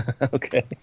Okay